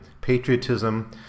patriotism